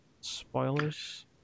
spoilers